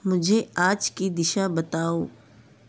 मुझे आज की दिशा बताओ